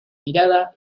mirada